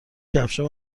کفشهام